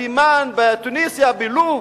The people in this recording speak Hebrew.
בתימן, בתוניסיה, בלוב.